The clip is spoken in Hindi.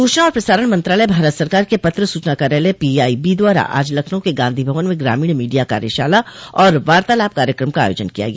सूचना एवं प्रसारण मंत्रालय भारत सरकार के पत्र सूचना कायालय पीआईबी द्वारा आज हरदोई के गांधी भवन में ग्रामीण मीडिया कार्यशाला और वार्तालाभ कार्यक्रम का आयोजन किया गया